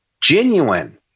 genuine